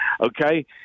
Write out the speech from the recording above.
okay